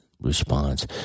Response